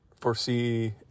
foresee